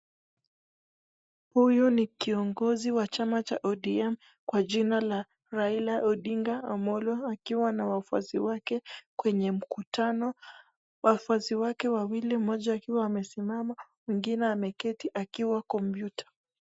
Huyu ni kiongozi wa chama cha ODM kwa jina la Raila Odinga Amolo, akiwa na wafuasi wake kwenye mkutano, wafuasi wake wawili moja akiwa amesimama mwingine ameketi akiwa computer .